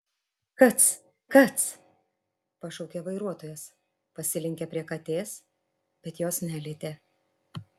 kac kac pašaukė vairuotojas pasilenkė prie katės bet jos nelietė